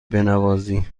بنوازی